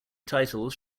titles